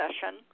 session